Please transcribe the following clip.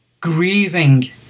grieving